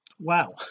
wow